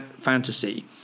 fantasy